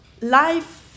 life